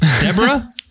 Deborah